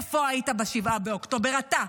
איפה היית ב-7 באוקטובר, אתה,